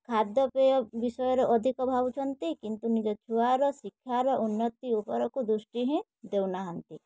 ଖାଦ୍ୟ ପେୟ ବିଷୟରେ ଅଧିକ ଭାବୁଛନ୍ତି କିନ୍ତୁ ନିଜ ଛୁଆର ଶିକ୍ଷାର ଉନ୍ନତି ଉପରକୁ ଦୃଷ୍ଟି ହିଁ ଦେଉନାହାଁନ୍ତି